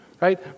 right